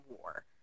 War